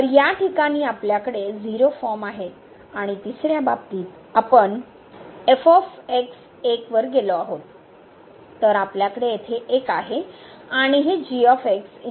तर या ठिकाणी आपल्याकडे 0 फॉर्म आहेत आणि तिसर्या बाबतीत आपण f 1 वर गेलो आहोत तर आपल्याकडे येथे 1 आहे आणि हे g वर जाईल